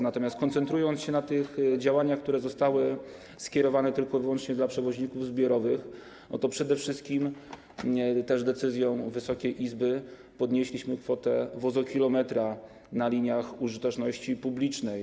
Natomiast koncentrując się na tych działaniach, które zostały skierowane tylko i wyłącznie do przewoźników zbiorowych, to przede wszystkim chcę powiedzieć, że decyzją Wysokiej Izby podnieśliśmy kwotę dopłaty do wozokilometra na liniach użyteczności publicznej.